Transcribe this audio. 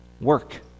Work